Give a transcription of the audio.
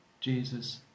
Jesus